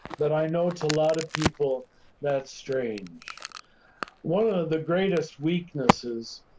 but i know to a lot of people that's strange one of the greatest weaknesses,